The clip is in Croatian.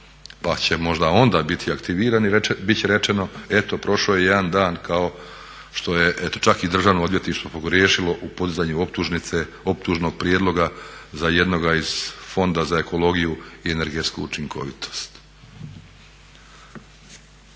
pa će možda onda biti aktivirani, bit će rečeno eto prošao je jedan dan kao što je eto čak i državno odvjetništvo pogriješilo u podizanju optužnice, optužnog prijedloga za jednog iz Fonda za ekologiju i energetsku učinkovitost.